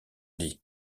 dit